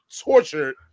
tortured